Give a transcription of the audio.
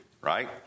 right